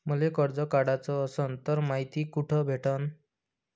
मले कर्ज काढाच असनं तर मायती कुठ भेटनं?